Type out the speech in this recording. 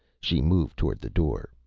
she moved towards the door.